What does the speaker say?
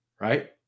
right